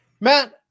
Matt